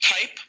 type